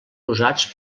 usats